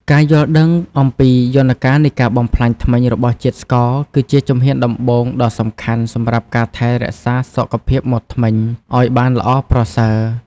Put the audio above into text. ការយល់ដឹងអំពីយន្តការនៃការបំផ្លាញធ្មេញរបស់ជាតិស្ករគឺជាជំហានដំបូងដ៏សំខាន់សម្រាប់ការថែរក្សាសុខភាពមាត់ធ្មេញឱ្យបានល្អប្រសើរ។